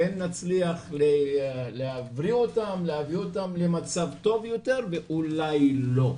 נצליח להבריא אותם ולהביא אותם למצב טוב יותר ואולי לא.